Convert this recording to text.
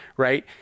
Right